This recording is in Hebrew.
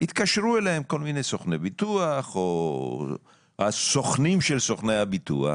התקשרו אליהם כל מיני סוכני ביטוח או הסוכנים של סוכני הביטוח